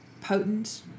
potent